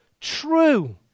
true